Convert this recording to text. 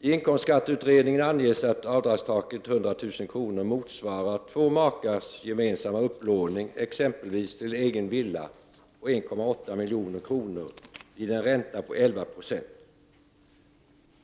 I inkomstskatteutredningen anges att avdragstaket 100 000 kr. motsvarar två makars gemensamma upplåning exempelvis till en egen villa på 1,8 milj.kr. vid en ränta på 11 20.